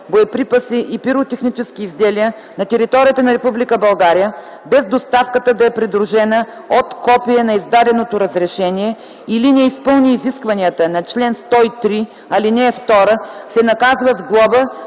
боеприпаси и пиротехнически изделия на територията на Република България, без доставката да е придружена от копие на издаденото разрешение или не изпълни изискванията на чл. 103, ал. 2, се наказва с глоба